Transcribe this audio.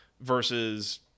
versus